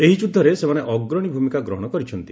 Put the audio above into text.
ଏହି ଯୁଦ୍ଧରେ ସେମାନେ ଅଗ୍ରଣୀ ଭୂମିକା ଗ୍ରହଣ କରିଛନ୍ତି